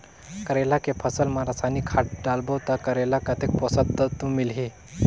करेला के फसल मा रसायनिक खाद डालबो ता करेला कतेक पोषक तत्व मिलही?